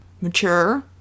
mature